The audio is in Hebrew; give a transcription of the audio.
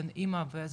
בין אמא ובת,